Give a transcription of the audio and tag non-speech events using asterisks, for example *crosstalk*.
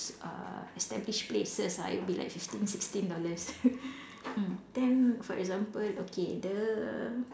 uh established places ah it would be like fifteen sixteen dollars *laughs* mm then for example okay the